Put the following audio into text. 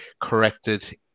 corrected